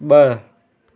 ब॒